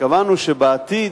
וקבענו שבעתיד,